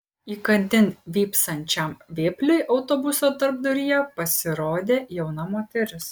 įkandin vypsančiam vėpliui autobuso tarpduryje pasirodė jauna moteris